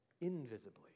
invisibly